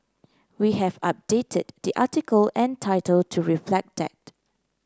we have updated the article and title to reflect that